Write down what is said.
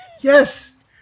Yes